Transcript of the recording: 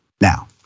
Now